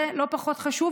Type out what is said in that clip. ולא פחות חשוב,